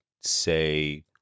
say